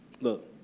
look